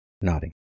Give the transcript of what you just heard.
nodding